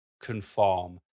conform